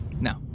No